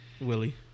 Willie